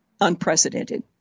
unprecedented